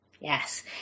Yes